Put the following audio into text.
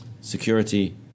security